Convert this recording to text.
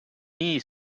nii